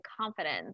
confidence